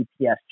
GPS